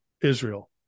Israel